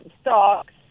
stocks